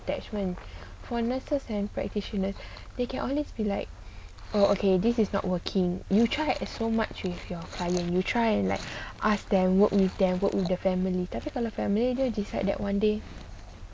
attachment for nurses and practitioners they can always be like okay this is not working you try as so much with your client you try and like ask them work with then work with the family tapi kalau family do decide that one day